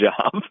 job